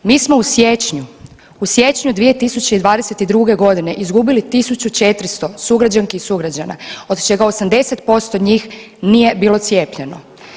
Mi smo u siječnju, u siječnju 2022.g. izgubili 1.400 sugrađanki i sugrađana, od čega 80% njih nije bilo cijepljeno.